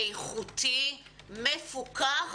איכותי ומפוקח